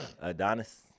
Adonis